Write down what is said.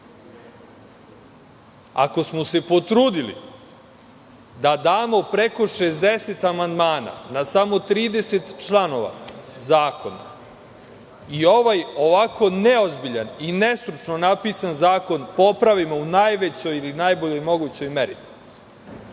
Ako smo se potrudili da damo preko 60 amandmana na samo 30 članova zakona i ovaj ovako neozbiljan i nestručno napisan zakon popravimo u najvećoj ili najboljoj mogućoj meri,